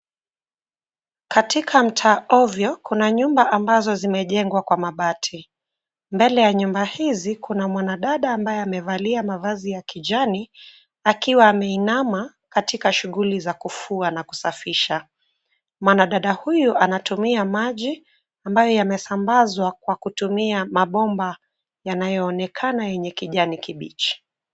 Katika mtaa ovyo kuna nyumba ambazo zimejengwa kwa mabati. Mbele ya nyumba hizi kuna mwanadada ambaye amevalia mavazi ya kijani akiwa ameinama katika shughuli za kufua na kusafisha. Mwanadada huyu anatumia maji ambayo yamesabwazwa kwa kutumia mabomba yanayoonekana yenye kijani kibichi.